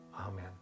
Amen